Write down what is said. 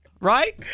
right